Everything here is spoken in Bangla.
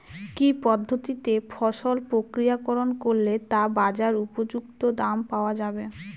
কি পদ্ধতিতে ফসল প্রক্রিয়াকরণ করলে তা বাজার উপযুক্ত দাম পাওয়া যাবে?